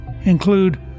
include